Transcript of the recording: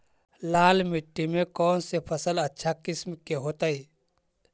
लाल मिट्टी में कौन से फसल अच्छा किस्म के होतै?